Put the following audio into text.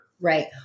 Right